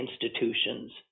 institutions